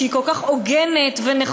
שהיא כל כך הוגנת ונכונה,